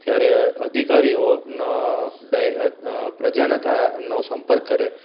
જ્યારે અધિકારીઓનો પ્રજાના નો સંપર્ક કરે